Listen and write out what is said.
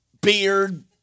beard